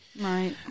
Right